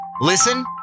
listen